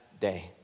day